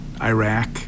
Iraq